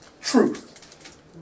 Truth